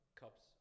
cups